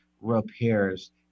repairs